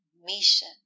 mission